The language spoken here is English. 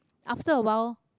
after a while